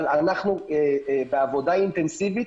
אבל אנחנו בעבודה אינטנסיבית,